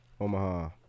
Omaha